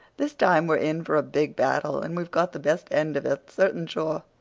this time we're in for a big battle, and we've got the best end of it, certain sure.